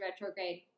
retrograde